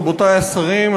רבותי השרים,